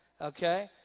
Okay